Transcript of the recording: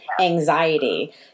anxiety